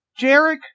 Jarek